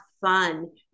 fun